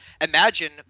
imagine